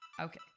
Okay